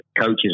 coaches